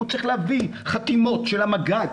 הוא צריך להביא חתימות של המג"ד.